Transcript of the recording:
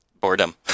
boredom